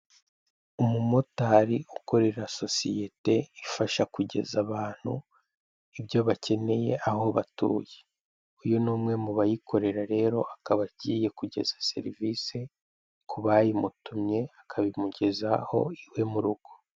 Umumotari ukorera sosiyete ifasha kugeza abantu ibyo bakeneye aho batuye. Uyu ni umwe mu bayikorera rero akaba agiye kugeza serivise ku bayimutumye akayimugezaho iwe mu rugo.